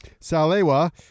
Salewa